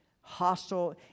hostile